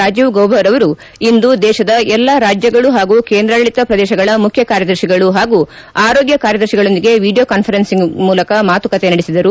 ರಾಜೀವ್ ಗೌಬರವರು ಇಂದು ದೇಶದ ಎಲ್ಲಾ ರಾಜ್ಯಗಳು ಹಾಗೂ ಕೇಂದ್ರಾಡಳಿತ ಪ್ರದೇಶಗಳ ಮುಖ್ಯಕಾರ್ಯದರ್ತಿಗಳು ಹಾಗೂ ಆರೋಗ್ಯ ಕಾರ್ಯದರ್ತಿಗಳೊಂದಿಗೆ ವಿಡಿಯೋ ಕಾಸ್ಪರೆನ್ಸಿಂಗ್ ಮೂಲಕ ಮಾತುಕತೆ ನಡೆಸಿದರು